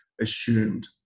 assumed